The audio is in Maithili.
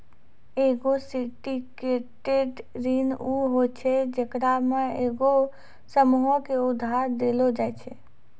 एगो सिंडिकेटेड ऋण उ होय छै जेकरा मे एगो समूहो के उधार देलो जाय छै